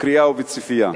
בקריאה ובצפייה.